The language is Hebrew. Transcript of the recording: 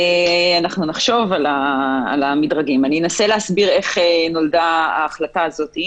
אני אנסה להסביר איך נולדה ההחלטה הזאת.